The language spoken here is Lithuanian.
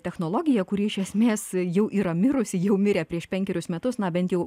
technologija kuri iš esmės jau yra mirusi jau mirė prieš penkerius metus na bent jau